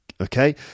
okay